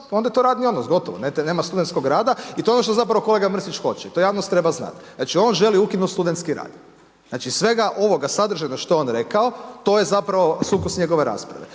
onda je to radni odnos, gotovo, nema studentskog rada i to je ono što kolega Mrsić hoće, to javnost treba znati. Znači, on želi ukinuti studentski rad. Znači, svega ovoga sadržajnog što je on rekao, to je zapravo sukus njegove rasprave.